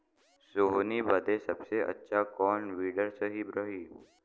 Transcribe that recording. सोहनी बदे सबसे अच्छा कौन वीडर सही रही?